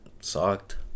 sucked